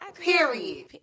Period